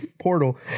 portal